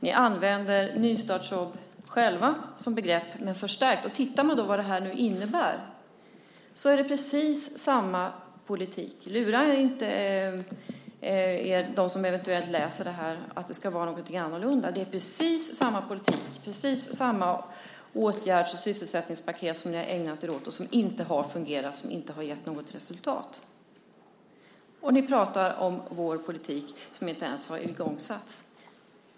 Ni använder nystartsjobb som begrepp, men lägger till förstärkt. Det innebär precis samma politik. De som eventuellt läser detta ska inte lura sig och tro att det ska vara något helt annorlunda. Det är precis samma politik, precis samma åtgärds och sysselsättningspaket som ni har ägnat er åt och som inte har fungerat och inte gett något resultat. Ni pratar om vår politik, som inte ens har satts i gång.